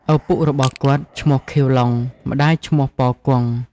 ឪពុក របស់គាត់ ឈ្មោះ ខៀវ ឡុង ម្តាយឈ្មោះ ប៉ោ គង់ ។